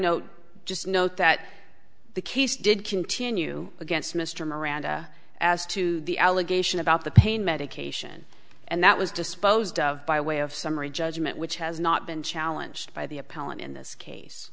note just note that the case did continue against mr miranda as to the allegation about the pain medication and that was disposed of by way of summary judgment which has not been challenged by the appellant in this case